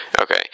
Okay